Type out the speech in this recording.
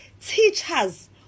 teachers